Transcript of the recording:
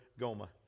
Goma